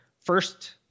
first